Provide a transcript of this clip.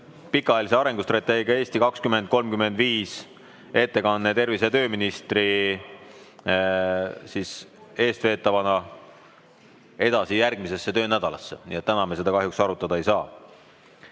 pikaajalise arengustrateegia "Eesti 2035" ettekanne tervise‑ ja tööministri peetavana edasi järgmisesse töönädalasse. Nii et täna me seda kahjuks arutada ei saa.